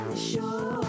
Sure